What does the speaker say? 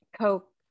Coke